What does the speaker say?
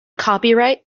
copyright